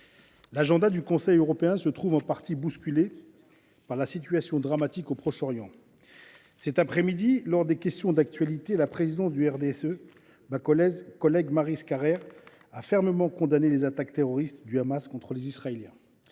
l’agenda du Conseil européen se trouve en partie bousculé par la situation dramatique au Proche-Orient. Cet après-midi, lors de la séance des questions d’actualité au Gouvernement, la présidente du groupe RDSE, ma collègue Maryse Carrère, a fermement condamné les attaques terroristes du Hamas contre les Israéliens,